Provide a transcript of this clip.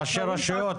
ראשי רשויות?